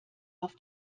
auf